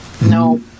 No